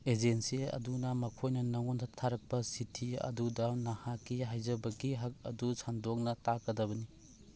agency ꯑꯗꯨꯅ ꯃꯈꯣꯏꯅ ꯅꯉꯣꯟꯗ ꯊꯥꯔꯛꯄ ꯆꯤꯊꯤ ꯑꯗꯨꯗ ꯅꯍꯥꯛꯀꯤ ꯍꯥꯏꯖꯕꯒꯤ ꯍꯛ ꯑꯗꯨ ꯁꯟꯗꯣꯛꯅ ꯇꯥꯛꯀꯗꯕꯅꯤ